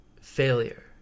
failure